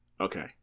okay